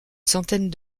centaine